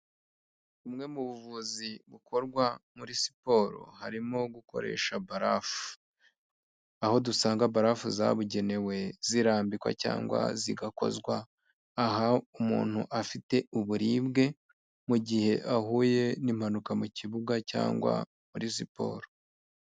Bumwe mu buvuzi bukorwa muri siporo harimo gukoresha barafu. Aho dusanga barafu zabugenewe zirambikwa cyangwa zigakozwa aho umuntu afite uburibwe, mu gihe ahuye n'impanuka mu kibuga cyangwa muri siporo.